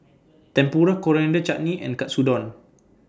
Tempura Coriander Chutney and Katsudon